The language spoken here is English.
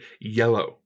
yellow